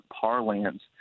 parlance